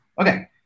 okay